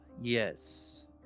Yes